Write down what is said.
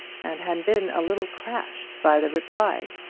and had been a little crashed by the reply.